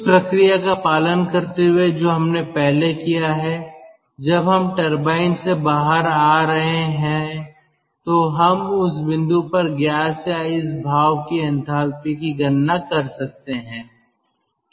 उस प्रक्रिया का पालन करते हुए जो हमने पहले किया है जब हम टरबाइन से बाहर आ रहे हों तो हम उस बिंदु पर गैस या इस भाप की एंथैल्पी की गणना कर सकते हैं